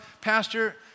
pastor